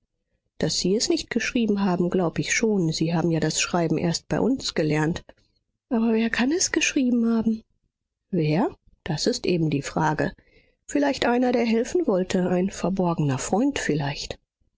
daß sie es nicht geschrieben haben glaub ich schon sie haben ja das schreiben erst bei uns gelernt aber wer kann es geschrieben haben wer das ist eben die frage vielleicht einer der helfen wollte ein verborgener freund vielleicht